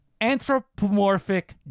anthropomorphic